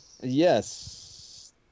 Yes